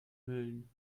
mölln